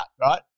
right